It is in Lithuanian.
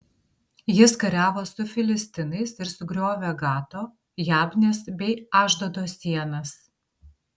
jis kariavo su filistinais ir sugriovė gato jabnės bei ašdodo sienas